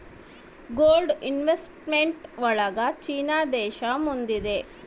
gold investment ಒಳಗ China ದೇಶ ಮುಂದಿದೆ